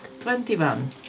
Twenty-one